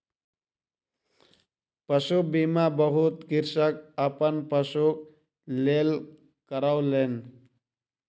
पशु बीमा बहुत कृषक अपन पशुक लेल करौलेन